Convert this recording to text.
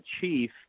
chief